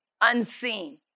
unseen